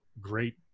great